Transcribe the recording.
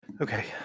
Okay